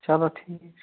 چَلو ٹھیٖک